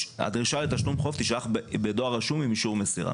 שהדרישה לתשלום חוב תישלח בדואר רשום עם אישור מסירה.